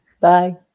Bye